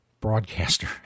broadcaster